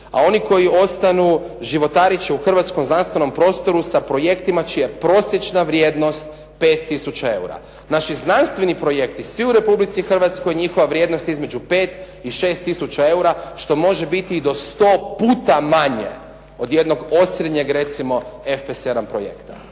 a oni koji ostanu životarit će u hrvatskom znanstvenom prostoru sa projektima čija prosječna vrijednost 5 tisuća eura. Naši znanstveni projekti, svi u Republici Hrvatskoj, njihova vrijednost je između 5 i 6 tisuća eura što može biti i do 100 puta manje od jednog osrednjeg FP7 projekta.